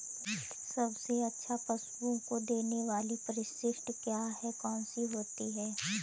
सबसे अच्छा पशुओं को देने वाली परिशिष्ट क्या है? कौन सी होती है?